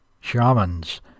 Shamans